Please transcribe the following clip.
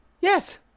Yes